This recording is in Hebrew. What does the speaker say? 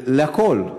לכול,